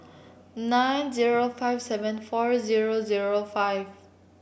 nine zero five seven four zero zero five